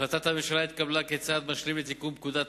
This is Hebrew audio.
החלטת הממשלה התקבלה כצעד משלים לתיקון פקודת